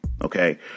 Okay